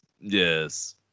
yes